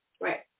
Right